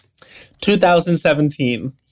2017